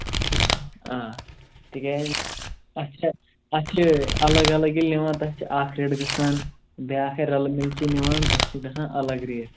آ تِکیٛازِ اَتھ چھِ اَتھ چھِ الگ الگ ییٚلہِ نِوان تَتھ چھِ اَکھ ریٹ گژھان بیٛاکھ ہے رَلہٕ مِلہٕ چھِ نِوان تَتھ چھِ گژھان الگ ریٹ